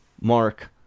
Mark